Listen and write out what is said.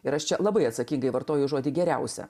ir aš labai atsakingai vartoju žodį geriausia